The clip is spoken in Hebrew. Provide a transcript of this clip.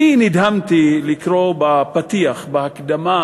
אני נדהמתי לקרוא בפתיח, בהקדמה